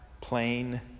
plain